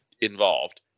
involved